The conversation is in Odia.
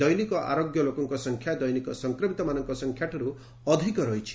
ଦୈନିକ ଆରୋଗ୍ୟ ଲୋକଙ୍କ ସଂଖ୍ୟା ଦୈନିକ ସଂକ୍ରମିତମାନଙ୍କ ସଂଖ୍ୟାଠାରୁ ଅଧିକ ରହିଛି